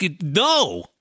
No